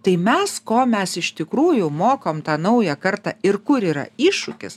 tai mes ko mes iš tikrųjų mokom tą naują kartą ir kur yra iššūkis